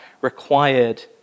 required